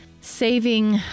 saving